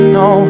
no